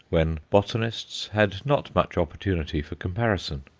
when botanists had not much opportunity for comparison.